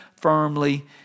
firmly